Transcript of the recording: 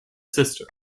sister